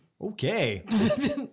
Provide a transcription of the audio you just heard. Okay